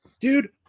Dude